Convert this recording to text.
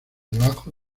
debajo